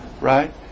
right